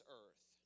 earth